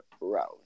route